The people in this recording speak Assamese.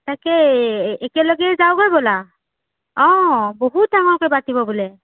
তাকেই একেলগে যাওঁগৈ ব'লা অ' বহুত ডাঙৰকৈ পাতিব বোলে